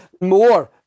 more